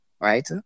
right